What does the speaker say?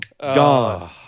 gone